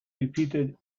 repeated